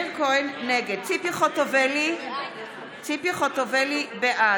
נגד ציפי חוטובלי, בעד